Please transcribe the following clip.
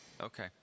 Okay